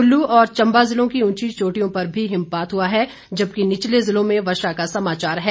कुल्लू और चम्बा जिले की उंची चोटियों पर भी हिमपात हुआ है जबकि निचले जिलों में वर्षा का समाचार है